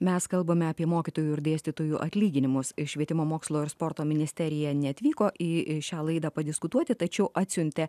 mes kalbame apie mokytojų ir dėstytojų atlyginimus i švietimo mokslo ir sporto ministerija neatvyko į šią laidą padiskutuoti tačiau atsiuntė